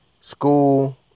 School